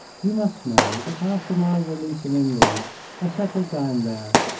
you must know that after my release in england i settled down there,